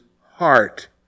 heart